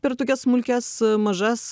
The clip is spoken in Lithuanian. per tokias smulkias mažas